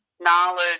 knowledge